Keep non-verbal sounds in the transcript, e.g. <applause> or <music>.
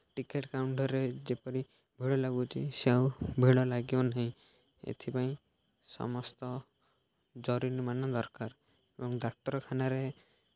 ticket କାଉଣ୍ଟର୍ରେ ଯେପରି ଭିଡ଼ ଲାଗୁଛି ସେ ଆଉ ଭିଡ଼ ଲାଗିବ ନାହିଁ ଏଥିପାଇଁ ସମସ୍ତ <unintelligible> ଦରକାର ଏବଂ ଡାକ୍ତରଖାନାରେ